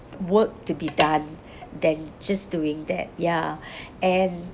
work to be done than just doing that ya and